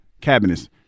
cabinets